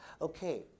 Okay